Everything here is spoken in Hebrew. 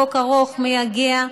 חוק ארוך, מייגע.